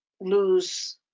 lose